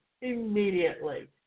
immediately